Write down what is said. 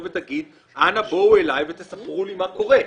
ותגיד: אנא בואו אליי וספרו לי מה קורה.